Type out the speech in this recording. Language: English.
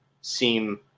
seem